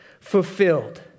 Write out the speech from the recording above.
fulfilled